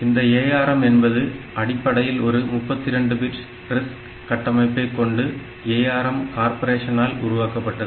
இந்த ARM என்பது அடிப்படையில் ஒரு 32 பிட் RISC கட்டமைப்பை கொண்டு ARM கார்ப்பரேஷனால் உருவாக்கப்பட்டது